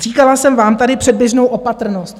Říkala jsem vám tady předběžnou opatrnost.